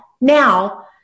now